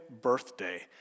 birthday